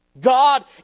God